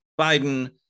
Biden